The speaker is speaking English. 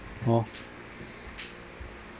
hor